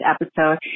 episode